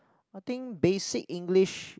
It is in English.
I think basic English